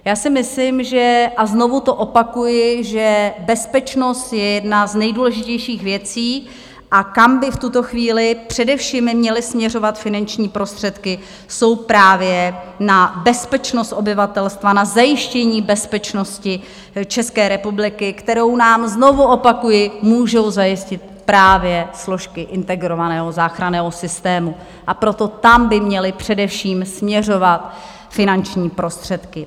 Já si myslím, a znovu to opakuji, že bezpečnost je jedna z nejdůležitějších věcí, a kam by v tuto chvíli především měly směřovat finanční prostředky, je právě na bezpečnost obyvatelstva, na zajištění bezpečnosti České republiky, kterou nám, znovu opakuji, můžou zajistit právě složky integrovaného záchranného systému, a proto tam by měly především směřovat finanční prostředky.